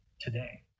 today